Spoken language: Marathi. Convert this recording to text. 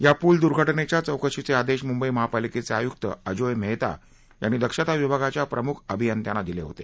या प्ल द्र्घटनेच्या चौकशीचे आदेश मुंबई महापालिकेचे आय्क्त अजोय मेहता यांनी दक्षता विभा ाच्या प्रमुख अभियंत्यांना दिले होते